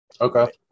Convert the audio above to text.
Okay